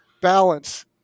balance